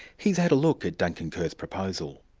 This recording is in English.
he's had a look at duncan kerr's proposal.